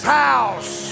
house